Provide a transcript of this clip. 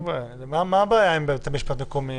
מה הבעיה עם בית המשפט לעניינים מקומיים?